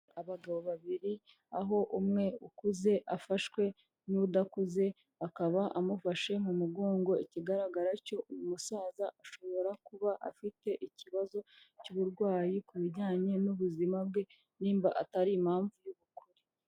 Abagabo babiri, aho umwe ukuze afashwe n'udakuze, akaba amufashe mu mugongo, ikigaragara cyo uyu musaza ashobora kuba afite ikibazo cy'uburwayi ku bijyanye n'ubuzima bwe niba atari impamvu y'ubukure.